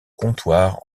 comptoir